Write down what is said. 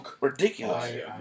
ridiculous